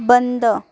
बंद